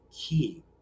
key